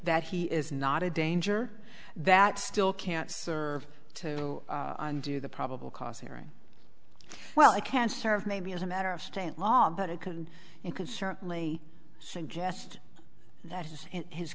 that he is not a danger that still can't serve to undo the probable cause hearing well i can serve maybe as a matter of stant law but it can and can certainly suggest that it is